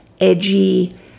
edgy